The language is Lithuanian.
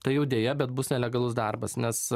tai jau deja bet bus nelegalus darbas nes